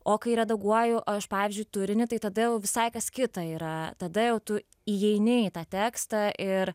o kai redaguoju aš pavyzdžiui turinį tai tada jau visai kas kita yra tada jau tu įeini į tą tekstą ir